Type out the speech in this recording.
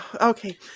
Okay